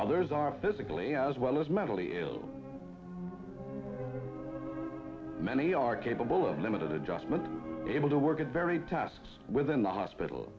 others are physically as well as mentally ill many are capable of limited adjustment able to work at very tasks within the hospital